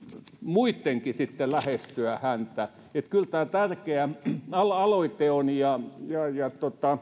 muittenkin sitten lähestyä häntä eli kyllä tämä tärkeä aloite on ja ja